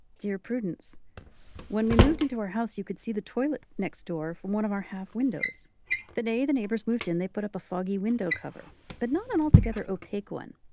dear prudence when we moved into our house you could see the toilet next door from one of our half windows the day the neighbors moved in they put up a foggy window cover but not an altogether opaque one.